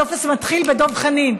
כל טופס מתחיל מדב חנין.